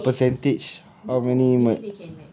ya lah percentage how many like